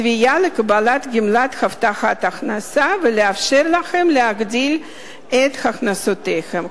תביעה לקבלת גמלת הבטחת הכנסה ולאפשר להם להגדיל את הכנסותיהם.